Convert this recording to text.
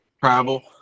travel